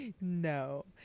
No